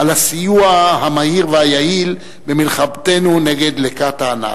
על הסיוע המהיר והיעיל במלחמתנו נגד דלקת הענק.